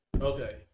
okay